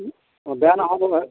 ও অ বেয়া নহ'ব